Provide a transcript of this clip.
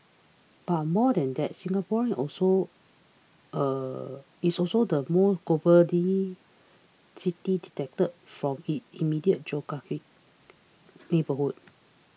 but more than that Singapore is also is also the more global city detached from its immediate geographic neighbourhood